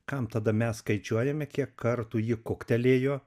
kam tada mes skaičiuojame kiek kartų ji kuktelėjo